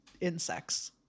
insects